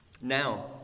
now